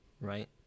Right